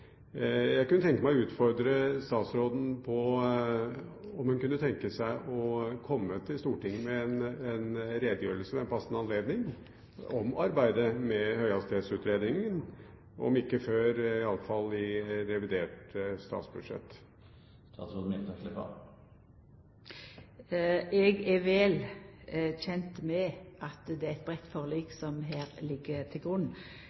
Jeg kunne tenke meg å utfordre statsråden på om hun kunne tenke seg å komme til Stortinget med en redegjørelse ved en passende anledning om arbeidet med høyhastighetsutredningen – om ikke før, i alle fall i revidert statsbudsjett. Eg er vel kjend med at det er eit breitt forlik som ligg til grunn